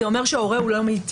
זה אומר שההורה הוא לא מיטיב.